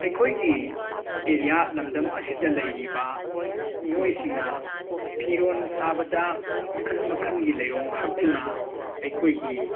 ꯑꯩꯈꯣꯏꯒꯤ ꯑꯦꯔꯤꯌꯥ ꯂꯝꯗꯝ ꯑꯁꯤꯗ ꯂꯩꯔꯤꯕ ꯃꯤꯑꯣꯏꯁꯤꯡꯅ ꯐꯤꯔꯣꯟ ꯁꯥꯕꯗ ꯃꯈꯟ ꯃꯈꯟꯒꯤ ꯂꯩꯔꯣꯡ ꯍꯛꯇꯨꯅ ꯑꯩꯈꯣꯏꯒꯤ